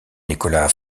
nicolas